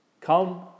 Come